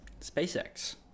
SpaceX